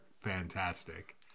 fantastic